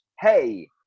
Hey